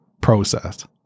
process